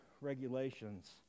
regulations